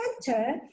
center